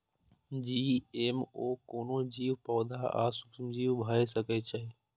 GMO कोनो जीव, पौधा आ सूक्ष्मजीव भए सकै छै